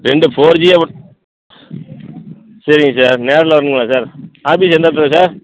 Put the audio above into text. ரெண்டும் four G app சரிங்க sir நேரில் வரணுங்களா சார் ஆஃபீஸ் எந்த இடத்துல சார்